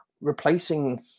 replacing